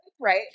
Right